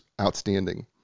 outstanding